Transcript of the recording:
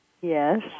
Yes